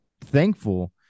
thankful